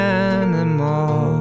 animal